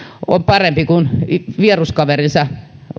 on parempi kuin vieruskaverinsa